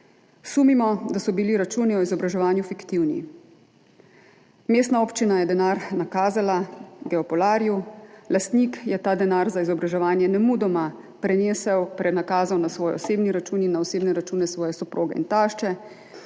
Sumimo, da so bili računi o izobraževanju fiktivni. Mestna občina je denar nakazala Geopolarju, lastnik je ta denar za izobraževanje nemudoma prenesel, prenakazal na svoj osebni račun in na osebne račune svoje soproge in tašče,